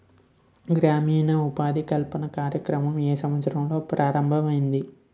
గ్రామీణ ఉపాధి కల్పన కార్యక్రమం ఏ సంవత్సరంలో ప్రారంభం ఐయ్యింది?